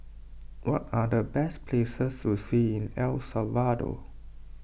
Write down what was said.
what are the best places to see in El Salvador